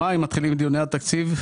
במאי אתם מתחילים בדיוני התקציב?